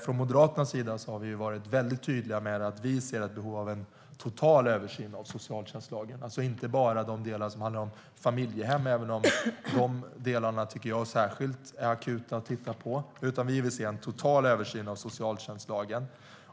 Från Moderaternas sida har vi varit väldigt tydliga med att vi ser ett behov av en total översyn av socialtjänstlagen, inte bara de delar som handlar om familjehem, även om jag tycker att de delarna är särskilt akuta att titta på. Vi vill se en total översyn av socialtjänstlagen.